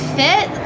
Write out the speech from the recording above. fit